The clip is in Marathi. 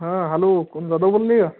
हां हॅलो कोण जादव बोलले का